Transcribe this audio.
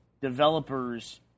developers